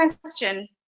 question